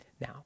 now